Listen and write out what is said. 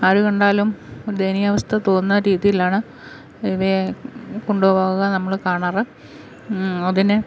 ആര് കണ്ടാലും ദയനീയാവസ്ഥ തോന്നുന്ന രീതിയിലാണ് ഇവയെ കൊണ്ട് പോവുക നമ്മൾ കാണാറ് അതിനെ